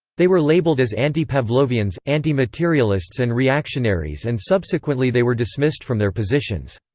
they were labeled as anti-pavlovians, anti-materialists and reactionaries and subsequently they were dismissed from their positions.